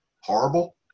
horrible